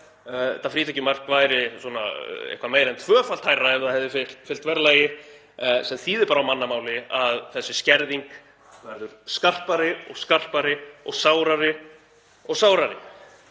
Þetta frítekjumark væri meira en tvöfalt hærra ef það hefði fylgt verðlagi, sem þýðir á mannamáli að þessi skerðing verður skarpari og sárari og sárari.